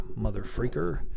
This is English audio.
motherfreaker